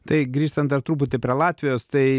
tai grįžtant dar truputį prie latvijos tai